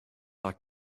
like